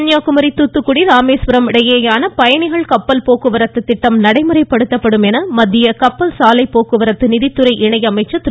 கன்னியாக்குமரி தூத்துக்குடி ராமேஸ்வரம் இடையேயான பயணிகள் கப்பல் போக்குவரத்து திட்டம் நடைமுறைப்படுத்தப்படும் என மத்திய கப்பல் சாலை போக்குவரத்து நிதித்துறை இணை அமைச்சர் திரு